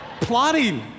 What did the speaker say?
plotting